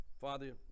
Father